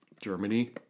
Germany